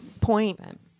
Point